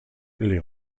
les